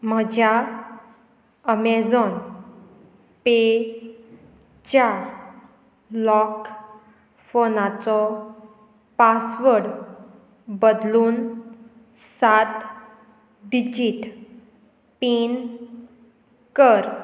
म्हज्या अमेझॉन पेच्या लॉक फोनाचो पासवर्ड बदलून सात डिजिट पिन कर